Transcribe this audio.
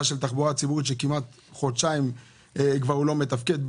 של תחבורה ציבורית שכמעט חודשיים לא מתפקד.